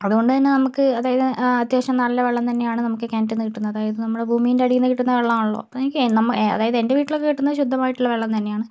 അതുകൊണ്ട് തന്നെ നമുക്ക് അതായത് അത്യാവശ്യം നല്ല വെള്ളം തന്നെയാണ് നമുക്ക് കിണറ്റിൽ നിന്നു കിട്ടുന്നത് അതായത് നമ്മളെ ഭൂമീൻ്റെ അടിയിൽ നിന്നു കിട്ടുന്ന വെള്ളമാണല്ലോ അപ്പോഴെനിക്ക് നമ്മൾ അതായത് എൻ്റെ വീട്ടിലൊക്കെ കിട്ടുന്നത് ശുദ്ധമായട്ടുള്ള വെള്ളം തന്നെയാണ്